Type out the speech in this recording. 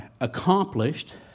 accomplished